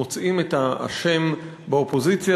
מוצאים את האשם באופוזיציה,